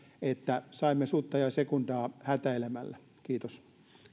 että saimme sutta ja sekundaa hätäilemällä kiitos